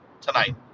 tonight